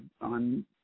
on